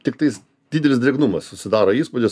tiktais didelis drėgnumas susidaro įspūdis